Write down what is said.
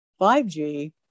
5G